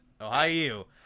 Ohio